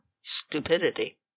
stupidity